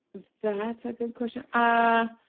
that's a good question. i